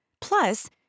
Plus